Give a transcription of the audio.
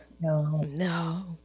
No